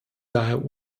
daher